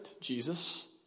Jesus